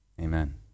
Amen